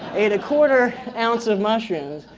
ate a quarter ounce of mushrooms,